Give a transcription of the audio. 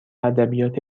ادبیات